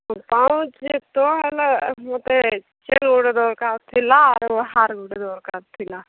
ଗୋଟେ ଚେନ୍ ଗୋଟେ ଦରକାର ଥିଲା ଆଉ ହାର ଗୋଟେ ଦରକାର ଥିଲା